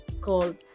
called